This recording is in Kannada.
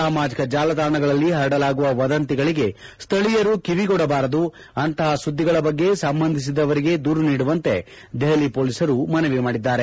ಸಾಮಾಜಿಕ ಜಾಲತಾಣಗಳಲ್ಲಿ ಪರಡಲಾಗುವ ವಂದತಿಗಳಿಗೆ ಸ್ವಳೀಯರು ಕಿವಿಗೊಡಬಾರದು ಅಂತಪ ಸುದ್ದಿಗಳ ಬಗ್ಗೆ ಸಂಬಂಧಿಸಿದವರಿಗೆ ದೂರು ನೀಡುವಂತೆ ದೆಹಲಿ ಮೊಲೀಸರು ಮನವಿ ಮಾಡಿದ್ದಾರೆ